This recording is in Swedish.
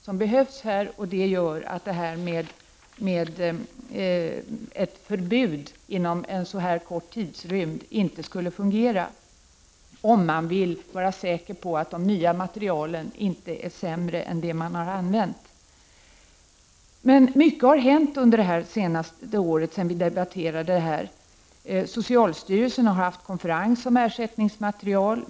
Därför skulle inte ett förbud under en så kort tidsrymd fungera om man vill vara säker på att de nya materialen inte är sämre än de som tidigare har använts. Mycket har emellertid hänt sedan vi debatterade detta för ett år sedan. Socialstyrelsen har haft en konferens om ersättningsmaterial.